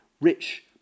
rich